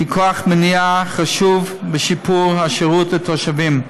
שהיא כוח מניע חשוב בשיפור השירות לתושבים,